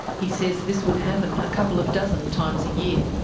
he says this would happen a couple of dozen times a year.